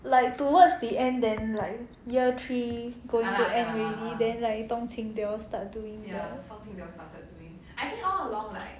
like towards the end then like year three going to end already then like dongqing they all start doing the